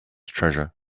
treasure